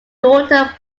daughter